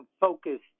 focused